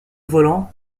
volant